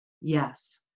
Yes